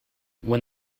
when